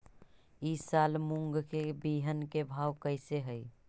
ई साल मूंग के बिहन के भाव कैसे हई?